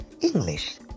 English